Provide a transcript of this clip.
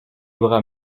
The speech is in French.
bras